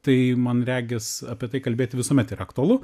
tai man regis apie tai kalbėti visuomet yra aktualu